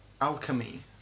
alchemy